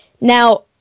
Now